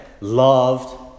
Loved